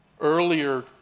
Earlier